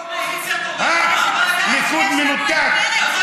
ליכוד מנותק,